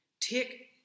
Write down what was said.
Take